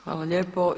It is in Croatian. Hvala lijepo.